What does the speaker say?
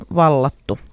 vallattu